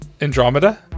Andromeda